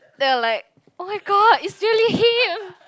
then I'm like oh-my-god it's really him